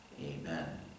Amen